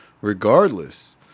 regardless